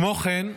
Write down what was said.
כמו כן,